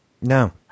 No